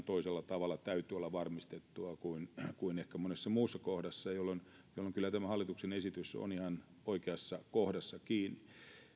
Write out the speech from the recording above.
toisella tavalla täytyy olla varmistettua kuin kuin ehkä monessa muussa kohdassa jolloin kyllä tämä hallituksen esitys on ihan oikeassa kohdassa kiinni